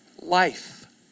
Life